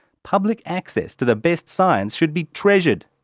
public access to the best science should be treasured,